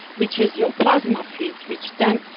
which is your plasma fields which then,